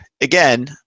again